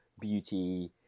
beauty